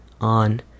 on